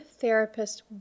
therapist